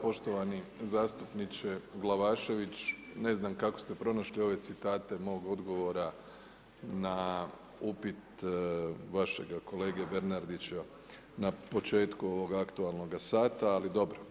Poštovani zastupniče Glavašević ne znam kako ste pronašli ove citate mog odgovora na upit vašega kolege Bernardića na početku ovog aktualnog sata, ali dobro.